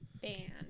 Band